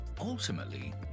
Ultimately